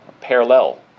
parallel